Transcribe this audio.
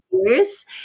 years